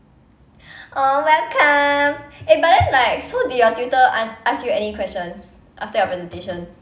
oh welcome eh but then like so did your tutor an~ ask you any questions after your presentation